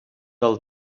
del